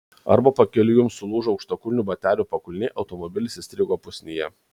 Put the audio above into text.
arba pakeliui jums sulūžo aukštakulnių batelių pakulnė automobilis įstrigo pusnyje